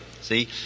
See